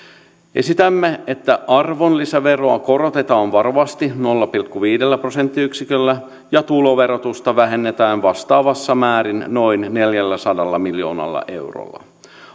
esitämme että arvonlisäveroa korotetaan varovasti nolla pilkku viidellä prosenttiyksiköllä ja tuloverotusta vähennetään vastaavassa määrin noin neljälläsadalla miljoonalla eurolla